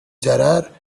ضرر